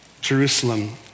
Jerusalem